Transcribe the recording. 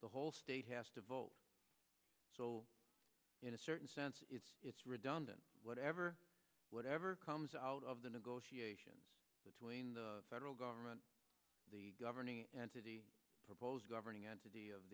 the whole state has to vote so in a certain sense it's redundant whatever whatever comes out of the negotiations between the federal government the governing entity proposed governing entity of